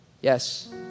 Yes